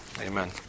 Amen